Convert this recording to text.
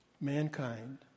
mankind